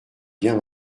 bien